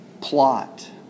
plot